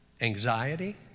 anxiety